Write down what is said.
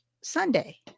Sunday